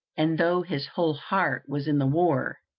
and though his whole heart was in the war,